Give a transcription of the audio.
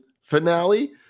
finale